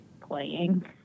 playing